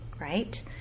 right